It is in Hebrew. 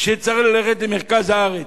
שצריך ללכת למרכז הארץ,